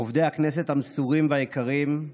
עובדי הכנסת המסורים והיקרים,